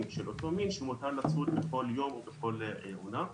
של אותו מין שמותר לצוד בכל יום או בכל עונה,